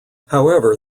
however